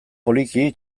poliki